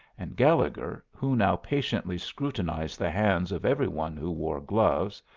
and gallegher, who now patiently scrutinized the hands of every one who wore gloves,